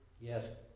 Yes